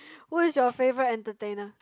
who's your favourite entertainer